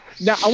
Now